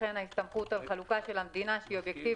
לכן יש הסתמכות על חלוקה של המדינה שהיא אובייקטיבית.